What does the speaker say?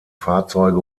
fahrzeuge